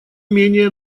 менее